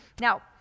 Now